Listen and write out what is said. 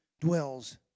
dwells